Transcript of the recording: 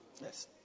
Yes